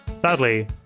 sadly